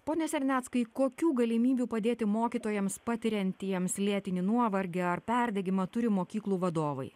pone serneckai kokių galimybių padėti mokytojams patiriantiems lėtinį nuovargį ar perdegimą turi mokyklų vadovai